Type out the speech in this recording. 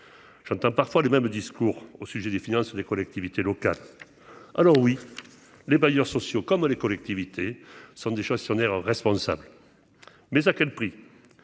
j'entends parfois les mêmes discours au sujet des finances des collectivités locales, alors oui, les bailleurs sociaux comme les collectivités sont des choses qui en est responsable, mais à quel prix